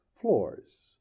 floors